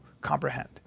comprehend